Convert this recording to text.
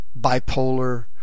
bipolar